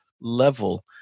level